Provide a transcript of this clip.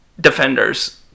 defenders